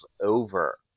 over